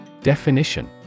Definition